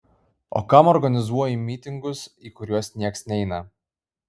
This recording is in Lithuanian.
o kam organizuoji mytingus į kuriuos nieks neina